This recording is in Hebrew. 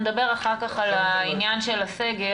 נדבר אחר כך על העניין של הסגר,